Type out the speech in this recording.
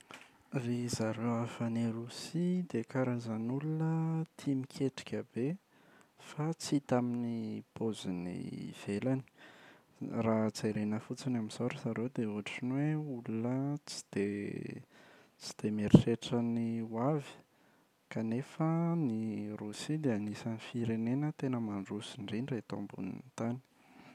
Ry zareo avy any Rosia dia karazan’olona tia miketrika be fa tsy hita amin’ny paoziny ivelany. Raha jerena fotsiny amin’izao ry zareo dia ohatra ny hoe olona tsy dia tsy dia mieritreritra ny ho avy, kanefa ny Rosia dia anisan’ny firenena tena mandroso indrindra eto ambonin’ny tany.